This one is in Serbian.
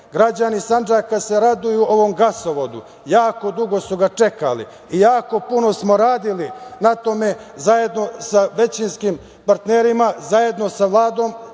Građani Sandžaka se raduju ovom gasovodu, jako dugo su ga čekali i jako puno smo radili na tome, zajedno sa većinskim partnerima, zajedno sa Vladom